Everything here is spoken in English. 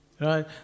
Right